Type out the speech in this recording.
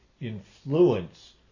influence